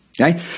Okay